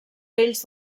bells